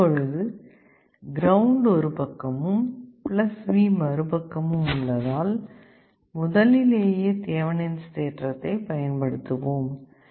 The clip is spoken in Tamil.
இப்பொழுது கிரவுண்ட் ஒரு பக்கமும் V மறுபக்கமும் உள்ளதால் முதலிலேயே தேவனின்ஸ் தேற்றத்தை Thevenin's theorem பயன்படுத்துவோம்